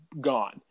gone